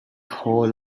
hold